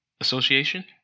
Association